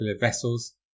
vessels